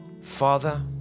Father